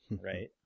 Right